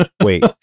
wait